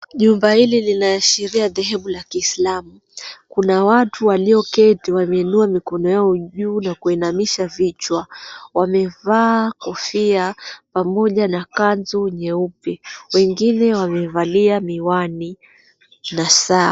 Jumba hili linaashiria dhehebu la kiislamu kuna watu walioketi wameinua mikono yao juu na kuinamisha vichwa wamevaa kofia pamoja na kanzu nyeupe wengine wamevalia miwani na saa